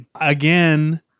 again